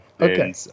Okay